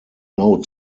node